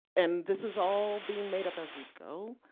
and this is all being made up as we go.